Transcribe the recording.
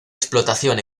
explotación